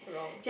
wrong